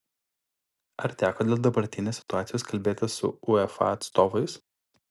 ar teko dėl dabartinės situacijos kalbėtis su uefa atstovais